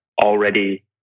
already